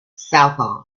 southall